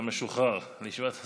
אתה משוחרר לישיבת הסיעה.